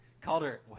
Calder